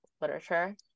literature